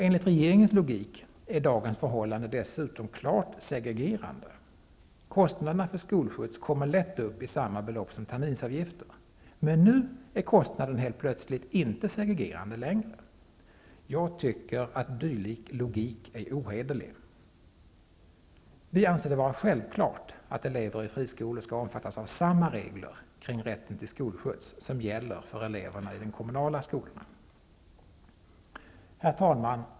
Enligt regeringens logik är dagens förhållande dessutom klart segregerande. Kostnaderna för skolskjuts kommer lätt upp i samma belopp som terminsavgifterna -- men nu är kostnaden helt plötsligt inte segregerande längre. Jag tycker att dylik logik är ohederlig. Vi anser det vara självklart att elever i friskolor skall omfattas av samma regler kring rätten till skolskjuts som gäller för eleverna i de kommunala skolorna. Herr talman!